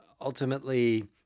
ultimately